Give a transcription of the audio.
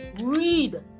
read